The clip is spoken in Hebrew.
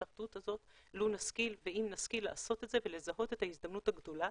האחדות הזאת באם נשכיל לעשות את זה ולזהות את ההזדמנות הגדולה,